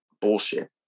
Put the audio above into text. bullshit